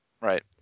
Right